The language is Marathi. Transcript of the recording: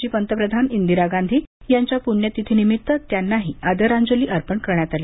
माजी पंतप्रधान इंदिरा गांधी यांच्या प्ण्यतिथी निमित्त त्यांनाही आदरांजली अर्पण करण्यात आली